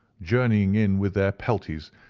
journeying in with their pelties,